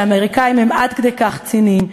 שהאמריקנים הם עד כדי כך ציניים,